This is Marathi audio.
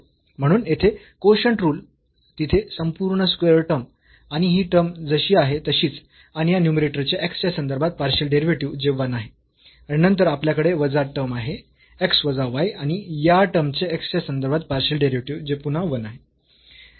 म्हणून येथे कोशंट रुल तिथे संपूर्ण स्क्वेअर टर्म आणि ही टर्म जशी आहे तशीच आणि या न्यूमरेटर चे x च्या संदर्भात पार्शियल डेरिव्हेटिव्ह जे 1 आहे आणि नंतर आपल्याकडे वजा टर्म आहे x वजा y आणि या टर्म चे x च्या संदर्भात पार्शियल डेरिव्हेटिव्ह जे पुन्हा 1 आहे